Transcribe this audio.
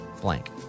blank